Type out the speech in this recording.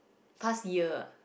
past year